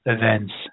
events